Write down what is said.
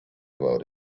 about